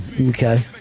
okay